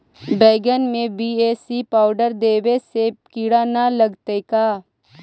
बैगन में BAC powder देबे से किड़ा न लगतै का?